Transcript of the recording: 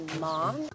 mom